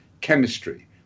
chemistry